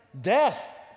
Death